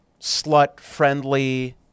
slut-friendly